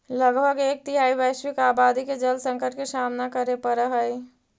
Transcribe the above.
लगभग एक तिहाई वैश्विक आबादी के जल संकट के सामना करे पड़ऽ हई